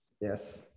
Yes